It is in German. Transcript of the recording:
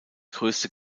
größte